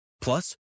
Plus